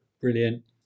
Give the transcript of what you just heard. brilliant